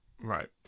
Right